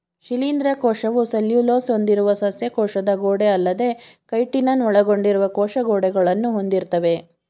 ಶಿಲೀಂಧ್ರ ಕೋಶವು ಸೆಲ್ಯುಲೋಸ್ ಹೊಂದಿರುವ ಸಸ್ಯ ಕೋಶದ ಗೋಡೆಅಲ್ಲದೇ ಕೈಟಿನನ್ನು ಒಳಗೊಂಡಿರುವ ಕೋಶ ಗೋಡೆಗಳನ್ನು ಹೊಂದಿರ್ತವೆ